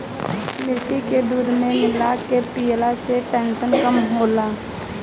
मरीच के दूध में मिला के पियला से टेंसन कम होखेला